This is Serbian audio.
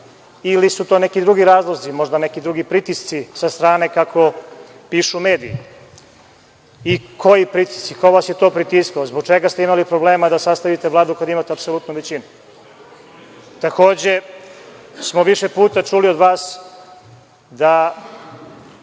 ili su to neki drugi razlozi, možda neki drugi pritisci sa strane, kako pišu mediji i koji pritisci, ko vas je to pritiskao? Zbog čega ste imali problema da sastavite Vladu kada imate apsolutnu većinu? Takođe, više puta smo čuli od vas da